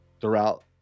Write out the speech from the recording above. throughout